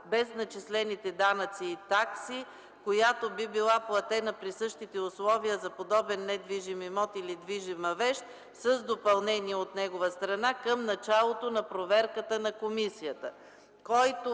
без начислените данъци и такси, която би била платена при същите условия за подобен недвижим имот или движима вещ” с допълнение от негова страна: „към началото на проверката на комисията”.